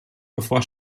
bevor